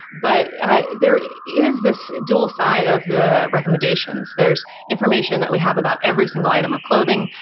but ah there is this dual side of the recommendations. there's information that we have about every single item of clothing,